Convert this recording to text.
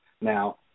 Now